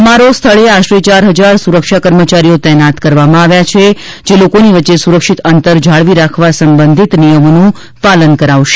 સમારો સ્થળે આશરે યાર હજાર સુરક્ષા કર્મચારીઓ તૈનાત કરવામાં આવ્યા છે જે લોકોની વચ્ચે સુરક્ષિત અંતર જાળવી રાખવા સંબંધી નિયમોનું પાલન કરાવશે